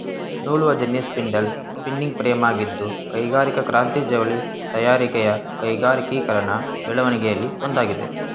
ನೂಲುವಜೆನ್ನಿ spindle spinning ಫ್ರೇಮಾಗಿದ್ದು ಕೈಗಾರಿಕಾ ಕ್ರಾಂತಿ ಜವಳಿ ತಯಾರಿಕೆಯ ಕೈಗಾರಿಕೀಕರಣ ಬೆಳವಣಿಗೆಲಿ ಒಂದಾಗಿದೆ